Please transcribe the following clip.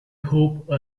hope